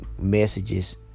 messages